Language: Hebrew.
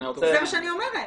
זה מה שאני אומרת.